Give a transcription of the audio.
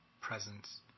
Presence